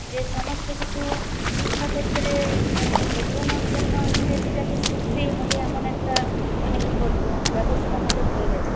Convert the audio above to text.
যে সমস্তকিছু শিক্ষাক্ষেত্রে মানে এগোনোর জন্য ইংরেজিটাকে শিখতেই হবে এমন একটা মানে কি বলবো ব্যবস্থা আমাদের হয়ে গেছে